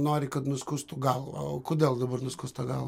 nori kad nuskustų galvą o kodėl dabar nuskust tą gal